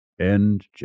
End